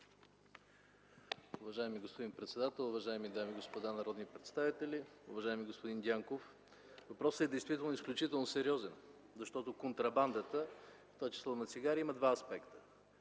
Уважаеми господин председател, уважаеми дами и господа народни представители, уважаеми господин Дянков! Въпросът е действително изключително сериозен, защото контрабандата, в това число на цигари, има два аспекта: